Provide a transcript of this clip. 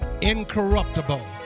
incorruptible